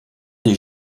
des